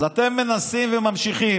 אז אתם מנסים וממשיכים.